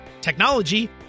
technology